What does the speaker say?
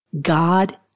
God